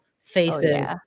faces